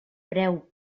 preu